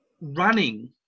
running